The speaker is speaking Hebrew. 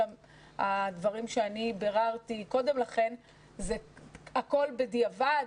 הדברים שאני ביררתי קודם לכן ,הכל בדיעבד,